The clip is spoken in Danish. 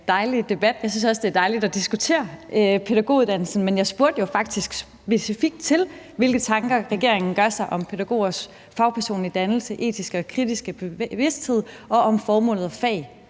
det er dejligt at diskutere pædagoguddannelsen, men jeg spurgte jo faktisk specifikt til, hvilke tanker regeringen gør sig om pædagogers fagpersonlige dannelse og etiske og kritiske bevidsthed og om formål og fag